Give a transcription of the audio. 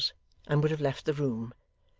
and would have left the room,